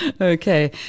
Okay